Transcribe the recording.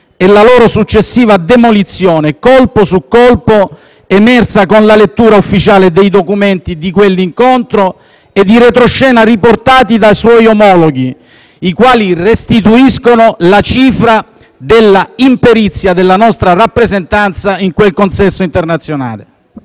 e la loro successiva demolizione colpo su colpo, emersa con la lettura ufficiale dei documenti di quell'incontro e di retroscena riportati da suoi omologhi, i quali restituiscono la cifra della imperizia della nostra rappresentanza in quel consesso internazionale.